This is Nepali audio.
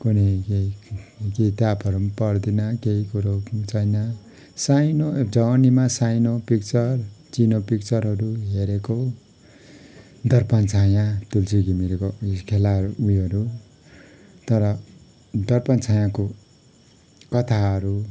कुन्नि के किताबहरू पनि पढ्दिनँ केही कुरो पनि छैन साइनो एउटा जवानीमा साइनो पिक्चर चिनो पिक्चरहरू हेरेको दर्पण छायाँ तुलसी घिमिरेको खेला उयोहरू तर दर्पण छायाँको कथाहरू